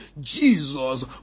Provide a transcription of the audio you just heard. Jesus